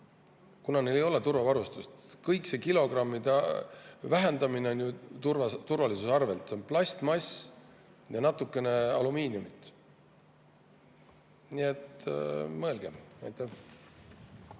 kuna neil ei ole turvavarustust. Kogu see kilogrammide vähendamine on ju turvalisuse arvelt. Seal on plastmass ja natukene alumiiniumit. Nii et mõelgem!